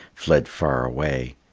fled far away.